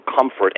comfort